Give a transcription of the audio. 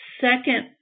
second